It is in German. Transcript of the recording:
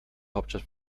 hauptstadt